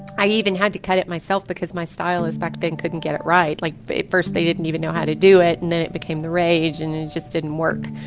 i even had to cut it myself because my stylist back then couldn't get it right. like, at first, they didn't even know how to do it. and then it became the rage, and it just didn't work.